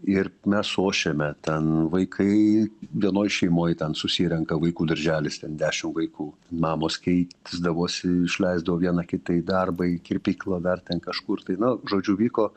ir mes ošėme ten vaikai vienoj šeimoj ten susirenka vaikų darželis ten dešim vaikų mamos kei sdavosi išleisdavo viena kita į darbą į kirpyklą dar ten kažkur tai na žodžiu vyko